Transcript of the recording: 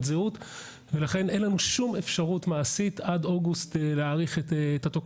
זהות ולכן אין לנו שום אפשרות מעשית עד אוגוסט לתת